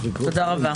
תודה רבה.